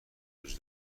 جزئی